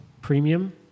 premium